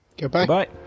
goodbye